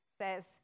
says